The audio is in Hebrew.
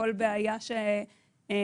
כל בעיה שהייתה,